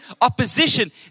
opposition